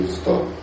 stop